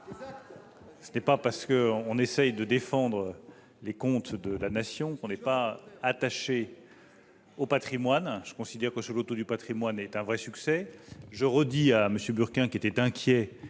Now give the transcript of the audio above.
Ce n'est pas parce qu'on essaie de défendre les comptes de la Nation qu'on n'est pas attaché au patrimoine. Je considère que le loto du patrimoine est un vrai succès. Je répète à M. Bourquin, qui s'en inquiétait,